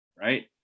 right